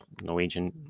Norwegian